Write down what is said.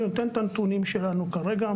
אני נותן את הנתונים שלנו כרגע.